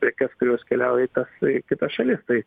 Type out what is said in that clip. prekes kurios keliauja į tas kitas šalis tai